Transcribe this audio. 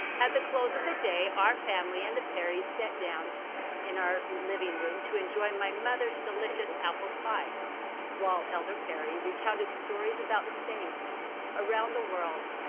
at the close of the day, our family and the perrys sat down in our living room to enjoy my mother's delicious apple pie while elder perry recounted stories about the saints around the world.